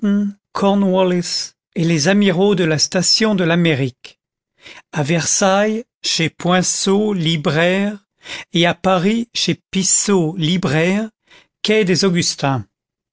et les amiraux de la station de l'amérique à versailles chez poinçot libraire et à paris chez pissot libraire quai des augustins